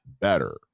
better